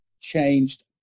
changed